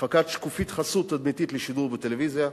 הפקת שקופית חסות תדמיתית לשידור בטלוויזיה.